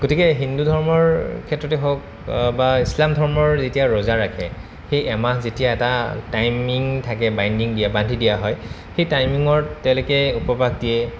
গতিকে হিন্দু ধৰ্মৰ ক্ষেত্ৰতে হওক বা ইছলাম ধৰ্মৰ যেতিয়া ৰোজা ৰাখে সেই এমাহ যেতিয়া এটা টাইমিং থাকে বাইণ্ডিং দিয়া বান্ধি দিয়া হয় সেই টাইমিঙত তেওঁলোকে উপবাস দিয়ে